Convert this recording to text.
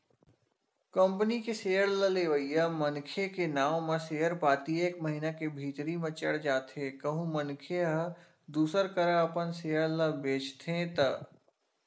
company के share ल लेवइया मनखे के नांव म सेयर पाती एक महिना के भीतरी म चढ़ जाथे कहूं मनखे ह दूसर करा अपन सेयर ल बेंचथे त